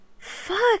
Fuck